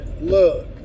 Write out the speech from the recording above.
look